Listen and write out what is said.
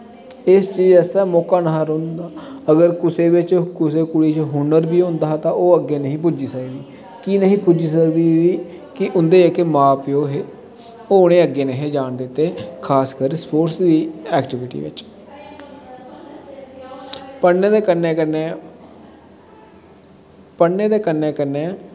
इस चीज आस्तै मौका गै नेईं हा अगर कुसै कुड़ी बिच्च हुन्नर बी होंदा हा तां ओह् अग्गें नेईं ही पुज्जी सकदी की नेईं ही पुज्जी सकदी कि उं'दे जेह्के मां प्यो हे ओह् उ'नेंगी अग्गें नेईं हे जान दिंदे खास करी स्पोर्टस दी ऐक्टीविटी बिच्च पढ़ने दे कन्नै कन्नै